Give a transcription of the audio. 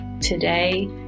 Today